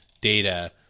data